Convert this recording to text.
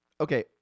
okay